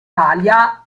taglia